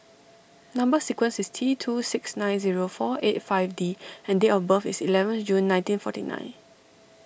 Number Sequence is T two six nine zero four eight five D and date of birth is eleventh June nineteen forty nine